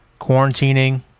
quarantining